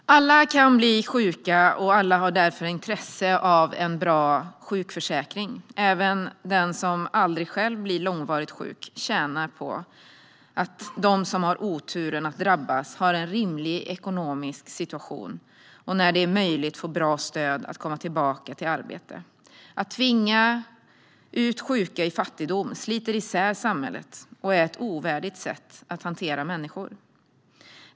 Herr talman! Alla kan bli sjuka, och alla har därför intresse av en bra sjukförsäkring. Även den som aldrig själv blir långvarigt sjuk tjänar på att de som har oturen att drabbas har en rimlig ekonomisk situation och, när det är möjligt, får bra stöd för att komma tillbaka till arbetet. Att tvinga ut sjuka i fattigdom sliter isär samhället och är ett ovärdigt sätt att hantera människor.